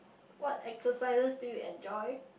what exercises do you enjoy